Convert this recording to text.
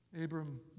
Abram